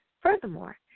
Furthermore